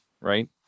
right